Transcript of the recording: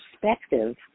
perspective